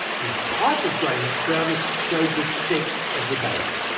the type of grain that sprouted showed the sex of the baby.